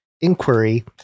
inquiry